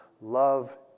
Love